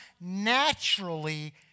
naturally